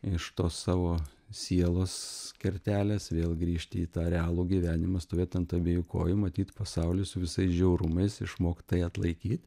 iš tos savo sielos kertelės vėl grįžti į tą realų gyvenimą stovėt ant abiejų kojų matyt pasaulį su visais žiaurumais išmokt tai atlaikyt